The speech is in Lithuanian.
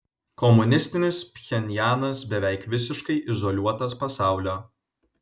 komunistinis pchenjanas beveik visiškai izoliuotas pasaulio